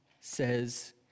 says